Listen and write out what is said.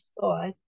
thought